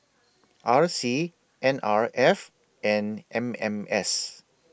R C N R F and M M S